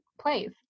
plays